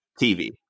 TV